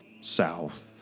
south